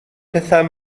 pethau